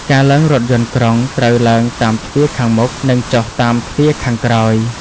ការឡើងរថយន្តក្រុងត្រូវឡើងតាមទ្វារខាងមុខ និងចុះតាមទ្វារខាងក្រោយ។